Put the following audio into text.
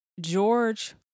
George